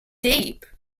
deep